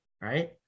right